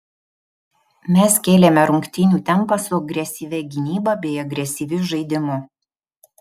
mes kėlėme rungtynių tempą su agresyvia gynyba bei agresyviu žaidimu